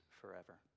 forever